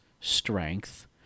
strength